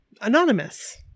Anonymous